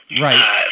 Right